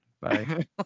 Bye